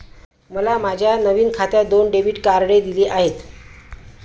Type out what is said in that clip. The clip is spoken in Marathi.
मला माझ्या नवीन खात्यात दोन डेबिट कार्डे दिली आहेत